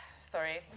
Sorry